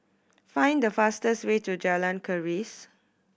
find the fastest way to Jalan Keris